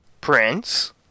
prince